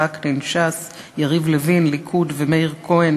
בעצם, בפריפריות, בעיירות פיתוח,